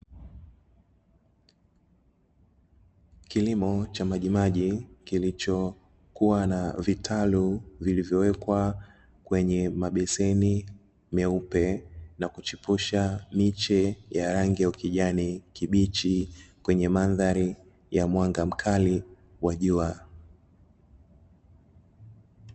Kilimo cha majimaji kilichokuwa na vitalu vilivyowekwa kwenye mabeseni meupe, na kuchipusha miche ya rangi ya ukijani kibichi kwenye mandhari ya mwanga mkali wa jua.